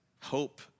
hope